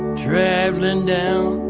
traveling down